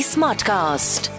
Smartcast